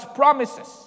promises